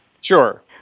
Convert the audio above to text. Sure